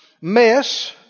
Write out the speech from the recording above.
mess